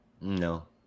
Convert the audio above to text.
no